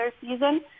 season